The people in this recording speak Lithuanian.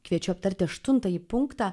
kviečiu aptarti aštuntąjį punktą